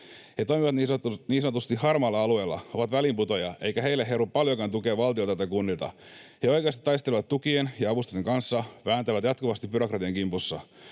He toimivat niin sanotusti harmaalla alueella, ovat väliinputoajia, eikä heille heru paljoakaan tukea valtiolta tai kunnilta. He oikeasti taistelevat tukien ja avustusten kanssa, vääntävät jatkuvasti byrokratian kimpussa,